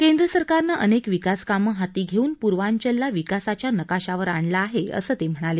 केंद्र सरकारनं अनेक विकासकामं हाती घेऊन पूर्वाचलला विकासाच्या नकाशावर आणलं आहे असं ते म्हणाले